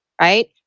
right